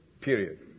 Period